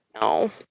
No